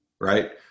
right